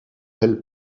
elle